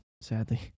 sadly